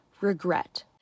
regret